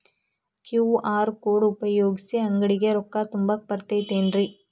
QR code ಉಪಯೋಗಿಸಿ, ಅಂಗಡಿಗೆ ರೊಕ್ಕಾ ತುಂಬಾಕ್ ಬರತೈತೇನ್ರೇ?